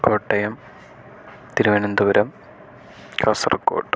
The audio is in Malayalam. കോട്ടയം തിരുവനന്തപുരം കാസർഗോഡ്